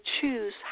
choose